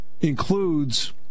includes